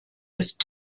ist